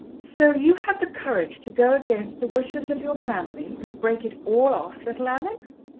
so you had the courage to go against the wishes of your family and break it all off, little alex?